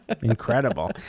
Incredible